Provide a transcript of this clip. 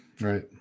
Right